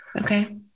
Okay